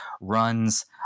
runs